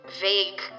Vague